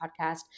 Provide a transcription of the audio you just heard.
podcast